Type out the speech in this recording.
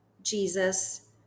Jesus